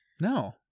No